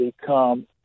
become